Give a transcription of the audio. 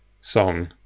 song